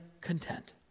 content